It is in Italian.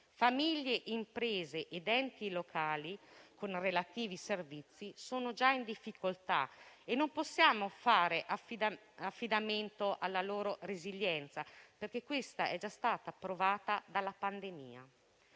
Famiglie, imprese ed enti locali, con relativi servizi, sono già in difficoltà e non possiamo fare affidamento sulla loro resilienza, perché questa è già stata provata dalla pandemia.